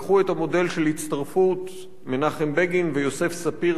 לקחו את המודל של הצטרפות מנחם בגין ויוסף ספיר,